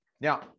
now